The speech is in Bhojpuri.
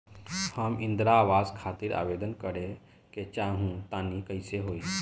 हम इंद्रा आवास खातिर आवेदन करे क चाहऽ तनि कइसे होई?